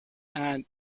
and